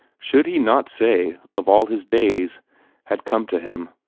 should he not say of all his days had come to him.